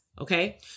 Okay